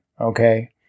okay